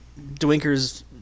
Dwinker's